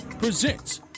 presents